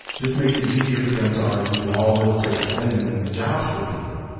this makes it easier for them to argue that all military spending means jobs for people.